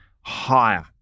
higher